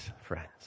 friends